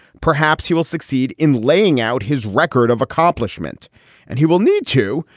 perhaps he will succeed in laying out his record of accomplishment and he will need to,